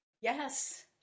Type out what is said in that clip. Yes